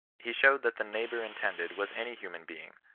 he showed that the neighbour' intended was any human being,